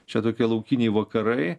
čia tokie laukiniai vakarai